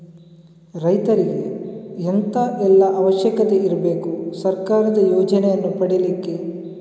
ರೈತರಿಗೆ ಎಂತ ಎಲ್ಲಾ ಅವಶ್ಯಕತೆ ಇರ್ಬೇಕು ಸರ್ಕಾರದ ಯೋಜನೆಯನ್ನು ಪಡೆಲಿಕ್ಕೆ?